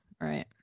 right